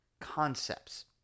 concepts